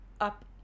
up